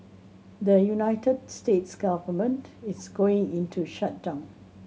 the United States government is going into shutdown